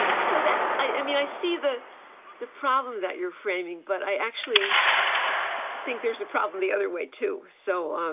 so that's i mean, i see the the problem that you're framing, but i actually. i think there's a problem the other way, too. so, um